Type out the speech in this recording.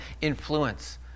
influence